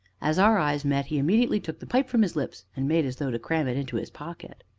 as our eyes met he immediately took the pipe from his lips, and made as though to cram it into his pocket.